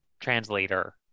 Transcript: translator